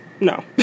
No